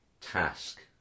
task